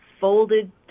folded